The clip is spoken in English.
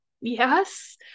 yes